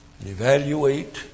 evaluate